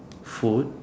food